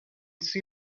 see